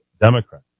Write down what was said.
Democrat